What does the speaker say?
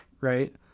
right